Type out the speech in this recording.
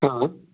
हां